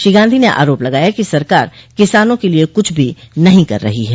श्री गांधी ने आरोप लगाया कि सरकार किसानों के लिए कुछ भी नहीं कर रही है